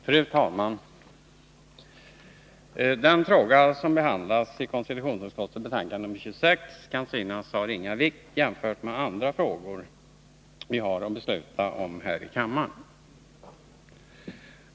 Fru talman! Den fråga som behandlas i konstitutionsutskottets betänkande nr 26 kan synas ha ringa vikt jämfört med andra frågor som vi har att besluta om här i kammaren.